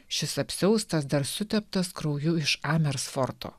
šis apsiaustas dar suteptas krauju iš amers forto